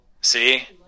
See